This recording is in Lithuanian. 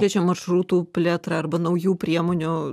liečia maršrutų plėtrą arba naujų priemonių